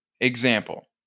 example